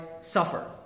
suffer